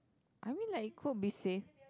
I mean like it could be safe